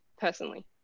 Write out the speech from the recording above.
Personally